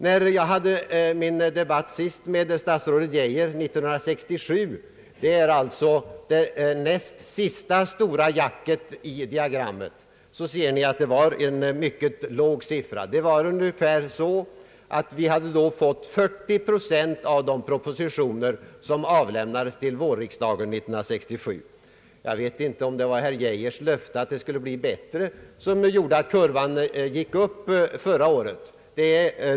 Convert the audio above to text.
När jag 1967 förde debatten med statsrådet Geijer — det näst sista stora jacket i diagrammet — var siffran mycket låg. Vi hade vid den tidpunkten endast fått 40 procent av de propositioner som avlämnades till vårriksdagen 1967. Jag vet inte om herr Geijers löfte att det skulle bli bättre var det som gjorde att kurvan gick upp förra året.